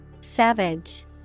Savage